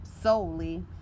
solely